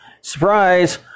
Surprise